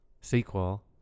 sequel